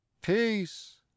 Peace